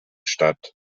stadt